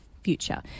future